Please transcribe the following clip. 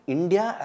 India